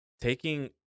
taking